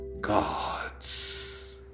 gods